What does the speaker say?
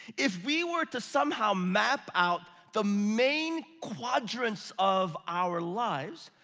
if we were to somehow map out the main quadrants of our lives,